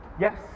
Yes